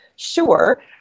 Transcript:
Sure